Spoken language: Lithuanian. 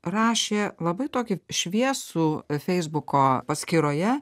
rašė labai tokį šviesų e feisbuko paskyroje